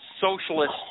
socialist